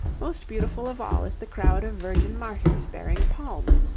most beautiful of all is the crowd of virgin martyrs bearing palms,